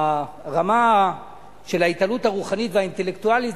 הרמה של ההתעלות הרוחנית והאינטלקטואלית,